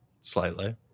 slightly